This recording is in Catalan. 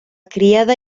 criada